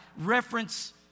reference